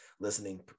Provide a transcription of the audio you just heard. listening